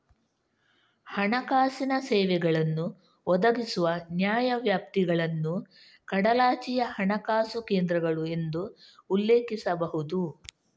ಹಣಕಾಸಿನ ಸೇವೆಗಳನ್ನು ಒದಗಿಸುವ ನ್ಯಾಯವ್ಯಾಪ್ತಿಗಳನ್ನು ಕಡಲಾಚೆಯ ಹಣಕಾಸು ಕೇಂದ್ರಗಳು ಎಂದು ಉಲ್ಲೇಖಿಸಬಹುದು